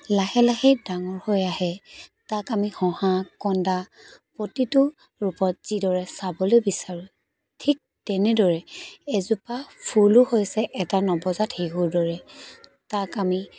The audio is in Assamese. লাহে লাহে ডাঙৰ হৈ আহে তাক আমি হঁহা কন্দা প্ৰতিটো ৰূপত যিদৰে চাবলৈ বিচাৰোঁ ঠিক তেনেদৰে এজোপা ফুলো হৈছে এটা নৱজাত শিশুৰ দৰে তাক আমি